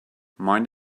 mind